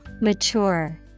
Mature